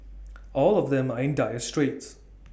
all of them are in dire straits